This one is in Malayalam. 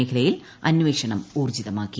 മേഖലയിൽ അന്വേഷണം ഊർജ്ജിതമാക്കി